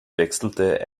wechselte